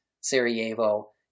Sarajevo